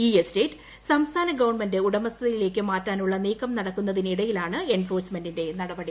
ഈ ഏസ്റ്റേറ്റ് സംസ്ഥാന ഗവൺമെന്റ് ഉടമസ്ഥയിലേക്ക് മാറ്റാനുള്ള നീക്കം നടക്കുന്നതിന് ഇടയാലാണ് എൻഫോഴ്സ്മെന്റിന്റെ നടപടി